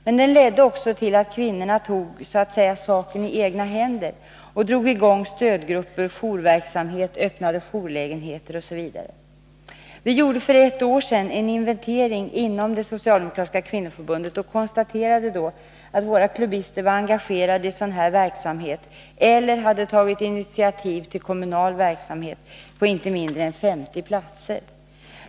Men det ledde också till att kvinnorna så att säga tog saken i egna händer och drog i gång stödgrupper och jourverksamhet, öppnade jourlägenheter, osv. Vi gjorde för ett år sedan en inventering inom det socialdemokratiska kvinnoförbundet och konstate rade då att våra klubbister var engagerade i sådan här verksamhet eller hade tagit initiativ till kommunal verksamhet på inte mindre än 50 platser.